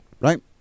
Right